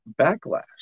backlash